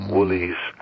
Woolies